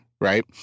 right